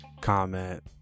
Comment